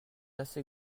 assez